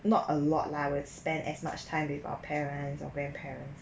not a lot lah will spend as much time with our parents or grandparents